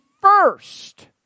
first